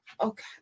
Okay